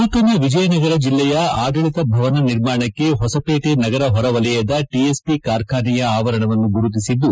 ನೂತನ ವಿಜಯನಗರ ಜಿಲ್ಲೆಯ ಆಡಳಿತ ಭವನ ನಿರ್ಮಾಣಕ್ಕೆ ಹೊಸಪೇಟೆ ನಗರ ಹೊರವಲಯದ ಟಿಎಸ್ಪಿ ಕಾರ್ಖಾನೆಯ ಆವರಣವನ್ನು ಗುರುತಿಸಿದ್ದು